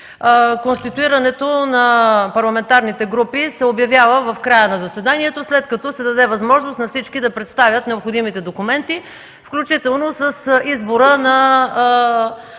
Конституирането на парламентарните групи се обявява в края на заседанието, след като се даде възможност на всички да представят необходимите документи, включително с избора и